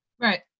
right